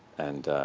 and